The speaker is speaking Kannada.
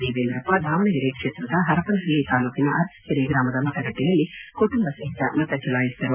ದೇವೇಂದ್ರಪ್ಪ ದಾವಣಗೆರೆ ಕ್ಷೇತ್ರದ ಹರಪನಹಳ್ಳಿ ತಾಲೂಕಿನ ಅರಸಿಕೆರೆ ಗ್ರಾಮದ ಮತಗಟ್ಟೆಯಲ್ಲಿ ಕುಟುಂಬ ಸಹಿತ ಮತ ಚಲಾಯಿಸಿದರು